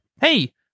Hey